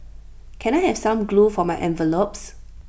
can I have some glue for my envelopes